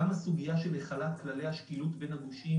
גם הסוגיה של החלת כללי השקילות בין הגושים